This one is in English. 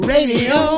Radio